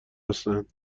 هستند